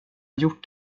gjort